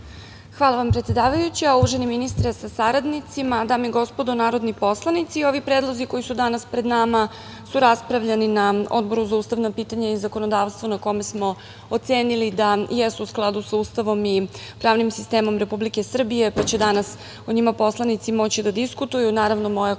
Hvala vam predsedavajuća. Uvaženi ministre sa saradnicima, dame i gospodo narodni poslanici, ovi predlozi koji su danas pred nama su raspravljani na Odboru za ustavna pitanja i zakonodavstvo, na kome smo ocenili da jesu u skladu sa Ustavom i pravnim sistemom Republike Srbije, pa će danas o njima poslanici moći da diskutuju. Naravno, moje koleginice